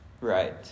right